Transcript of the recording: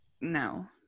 no